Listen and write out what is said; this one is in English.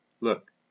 Look